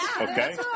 Okay